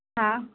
हा